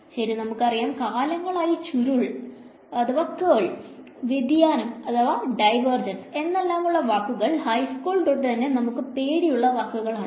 ശെരി നമുക്ക് അറിയാം കാലങ്ങളായി ചുരുൾ വ്യതിയാനം എന്നെല്ലാം ഉള്ള വാക്കുകൾ ഹൈ സ്കൂൾ തൊട്ട് തന്നെ നമ്മുക്ക് പേടിയുള്ള വാക്കുകൾ ആണ്